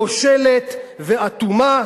כושלת ואטומה,